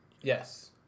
Yes